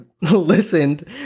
listened